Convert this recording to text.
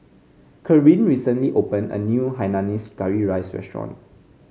Karin recently opened a new Hainanese Curry Rice restaurant